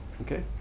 okay